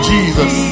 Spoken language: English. Jesus